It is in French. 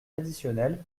additionnel